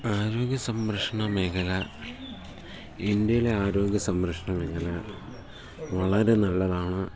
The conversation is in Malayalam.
ആരോഗ്യ സംരക്ഷണ മേഖല ഇന്ത്യയിലെ ആരോഗ്യ സംംരക്ഷണ മേഖല വളരെ നല്ലതാണ്